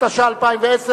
התש"ע 2010,